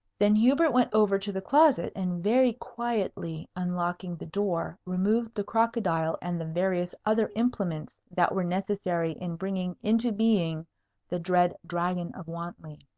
then hubert went over to the closet, and very quietly unlocking the door removed the crocodile and the various other implements that were necessary in bringing into being the dread dragon of wantley.